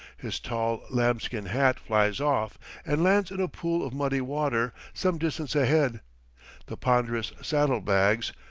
his tall lambskin hat flies off and lands in a pool of muddy water some distance ahead the ponderous saddle-bags,